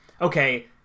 okay